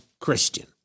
Christian